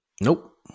Nope